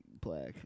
black